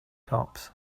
tops